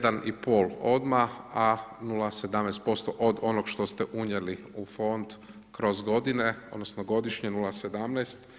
1,5 odmah a 0,17% od onog što ste unijeli u fond kroz godine, odnosno godišnje 0,17.